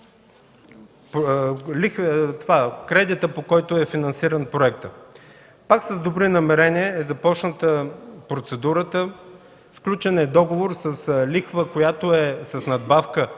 кредита, по който е финансиран проектът. Пак с добри намерения е започната процедурата, сключен е договор с лихва, която е с надбавка